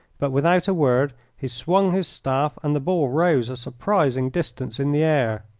but without a word he swung his staff and the ball rose a surprising distance in the air.